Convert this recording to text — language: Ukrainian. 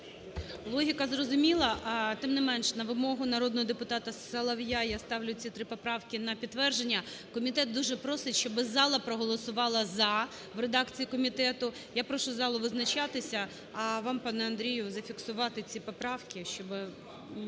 Логіка зрозуміла. Тим не менше, на вимогу народного депутата Солов'я я ставлю ці три поправки на підтвердження. Комітет дуже просить, щоб зала проголосувала "за" в редакції комітету. Я прошу залу визначатися, а вам, пане Андрію, зафіксувати ці поправки, щоб